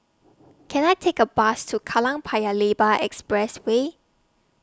Can I Take A Bus to Kallang Paya Lebar Expressway